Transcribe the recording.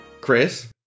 Chris